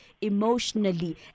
emotionally